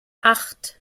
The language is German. acht